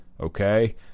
Okay